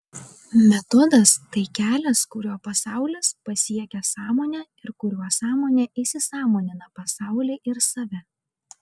metodas tai kelias kuriuo pasaulis pasiekia sąmonę ir kuriuo sąmonė įsisąmonina pasaulį ir save